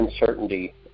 uncertainty